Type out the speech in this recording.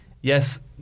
Yes